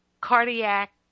cardiac